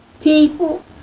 people